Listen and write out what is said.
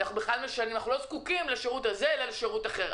אנחנו לא זקוקים לשירות הזה אלא לשירות אחר,